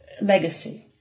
legacy